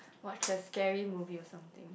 watch the scary movie or something